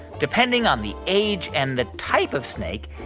depending on the age and the type of snake,